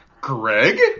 Greg